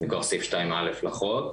במקום סעיף 2א' לחוק.